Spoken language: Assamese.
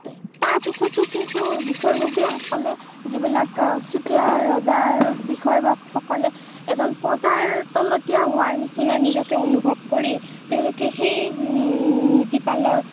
তাৰপিছতো কিন্তু বিষয়ববীয়াসকলে যিবিলাক চুতীয়া ৰজাৰ বিষয়বাবসকলে এজন প্ৰজাৰ তলতীয়া হোৱাৰ নিচিনা নিজকে অনুভৱ কৰি তেওঁলোকে সেই নীতিপালৰ